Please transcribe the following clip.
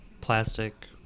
plastic